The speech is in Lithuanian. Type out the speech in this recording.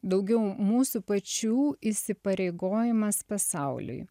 daugiau mūsų pačių įsipareigojimas pasauliui